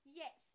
yes